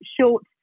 short